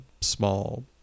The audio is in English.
small